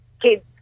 kids